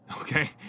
Okay